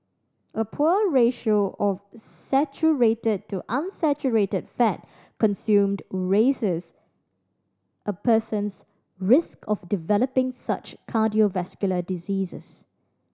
a poor ratio of saturated to unsaturated fat consumed raises a person's risk of developing such cardiovascular diseases